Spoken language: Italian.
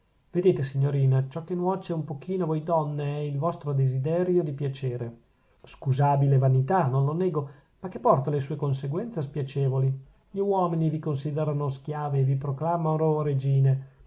vedete signorina ciò che nuoce un pochino a voi donne è il vostro desiderio di piacere scusabile vanità non lo nego ma che porta le sue conseguenze spiacevoli gli uomini vi considerano schiave e vi